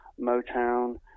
Motown